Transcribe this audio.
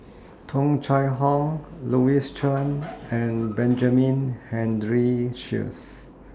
Tung Chye Hong Louis Chen and Benjamin Henry Sheares